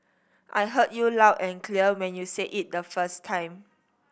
I heard you loud and clear when you said it the first time